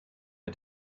der